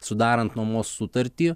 sudarant nuomos sutartį